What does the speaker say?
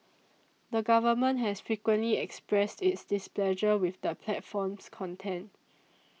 the government has frequently expressed its displeasure with the platform's content